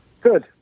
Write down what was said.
Good